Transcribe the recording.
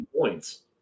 points